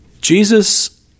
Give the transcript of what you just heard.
Jesus